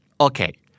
Okay